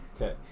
Okay